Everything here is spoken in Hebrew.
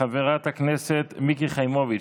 חברת הכנסת מיקי חיימוביץ',